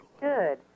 Good